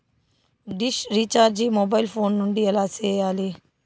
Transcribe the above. dish recharge mobile phone నుండి ఎలా సేయాలి